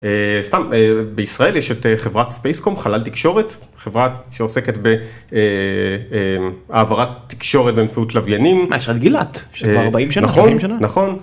אה... סתם... אה... בישראל יש את חברת ספייסקום חלל תקשורת? חברת שעוסקת ב... אה... המ... העברת תקשורת באמצעות לוויינים. מה, יש לך את גילת, כבר ארבעים שנה? נכון. שלושים שנה? נכון.